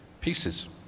pieces